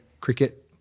cricket